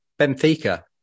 Benfica